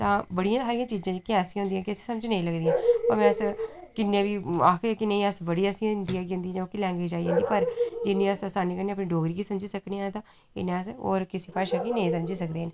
तां बड़ियां हारियां चीजां जेह्कियां ऐसियां होंदियां के समझ नेईं लगदियां भामे अस्स किन्ने बी आखगे के नेईं अस्स बड़ी असेंगी हिंदी आई जंदी या ओह्की लैंग्वेज आई जंदी पर जिन्नी अस्स असानी कन्ने अपनी डोगरी गी समझी सकने आं तां इन्ना अस्स होर किसी भाशा गी नेईं समझी सकदे न